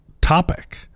topic